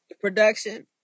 production